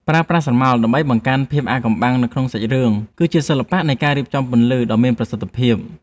ប្រើប្រាស់ស្រមោលដើម្បីបង្កើនភាពអាថ៌កំបាំងនៅក្នុងសាច់រឿងគឺជាសិល្បៈនៃការរៀបចំពន្លឺដ៏មានប្រសិទ្ធភាព។